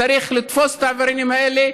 צריך לתפוס את העבריינים האלה,